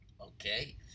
Okay